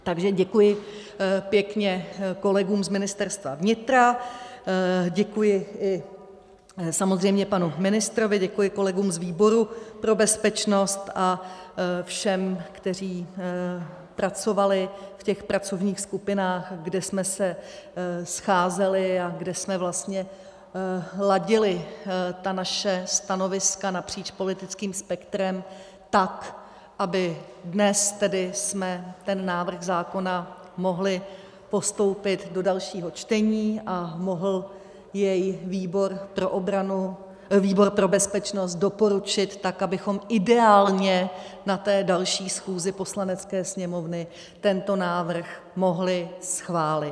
Takže děkuji pěkně kolegům z Ministerstva vnitra, děkuji i samozřejmě panu ministrovi, děkuji kolegům z výboru pro bezpečnost a všem, kteří pracovali v těch pracovních skupinách, kde jsme se scházeli a kde jsme vlastně ladili ta naše stanoviska napříč politickým spektrem tak, abychom dnes tedy ten návrh zákona mohli postoupit do dalšího čtení a mohl jej výbor pro bezpečnost doporučit tak, abychom ideálně na té další schůzi Poslanecké sněmovny tento návrh mohli schválit.